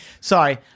Sorry